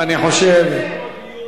ואני חושב,